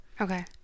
okay